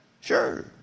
Sure